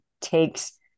takes